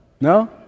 No